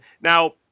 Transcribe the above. Now